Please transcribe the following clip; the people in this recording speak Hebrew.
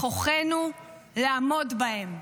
בכוחנו לעמוד בהם".